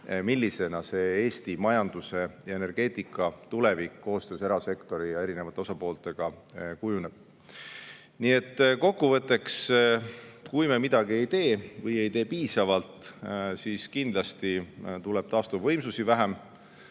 milliseks Eesti majanduse ja energeetika tulevik koostöös erasektori ja eri osapooltega kujuneb. Kokku võttes, kui me midagi ei tee või ei tee piisavalt, siis kindlasti tuleb taastuvvõimsusi vähem,